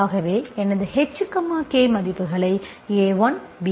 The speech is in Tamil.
ஆகவே எனது h k மதிப்புகளை a1b